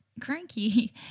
cranky